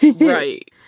Right